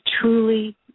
truly